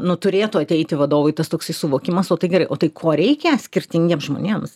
nu turėtų ateiti vadovui tas toksai suvokimas o tai gerai o tai ko reikia skirtingiems žmonėms